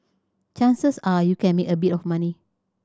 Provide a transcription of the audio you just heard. chances are you can make a bit of money